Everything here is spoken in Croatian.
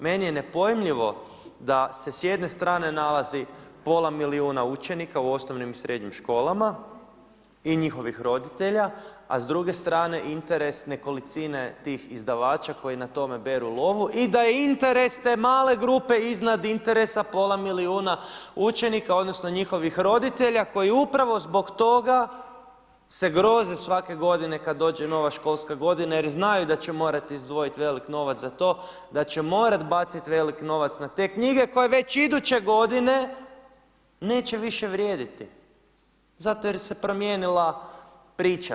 Meni je nepojmljivo da se s jedne strane nalazi pola milijuna učenika u osnovnim i srednjim školama i njihovih roditeljima a s druge strane interes nekolicine tih izdavača koji na tome beru lovu i da je interes te male grupe iznad interesa pola milijuna učenika odnosno, njihovih roditelja, koji upravo zbog toga se groze svake g. kada dođe nova školska g. jer znaju da će morati izdvojiti veliki novac za to, da će morati baciti veliki novac na te knjige, koje već iduće g. neće više vrijediti, zato jer se promijenila priča.